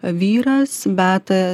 vyras beata